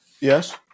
Yes